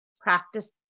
practice